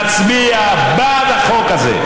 תגידו: אנחנו נצביע בעד החוק הזה,